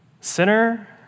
Sinner